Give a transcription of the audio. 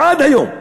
עד היום.